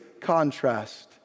contrast